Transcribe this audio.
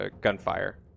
gunfire